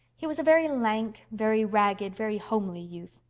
he was a very lank, very ragged, very homely youth.